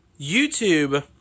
YouTube